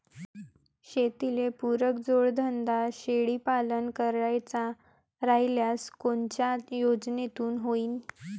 शेतीले पुरक जोडधंदा शेळीपालन करायचा राह्यल्यास कोनच्या योजनेतून होईन?